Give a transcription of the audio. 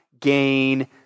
gain